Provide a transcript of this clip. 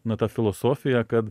na tą filosofiją kad